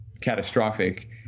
catastrophic